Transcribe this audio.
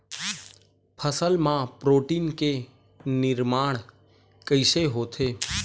फसल मा प्रोटीन के निर्माण कइसे होथे?